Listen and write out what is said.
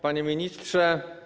Panie Ministrze!